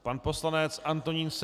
Pan poslanec Antonín Seďa.